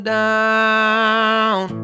down